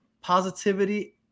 positivity